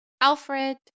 Alfred